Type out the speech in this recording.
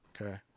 Okay